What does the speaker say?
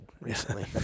recently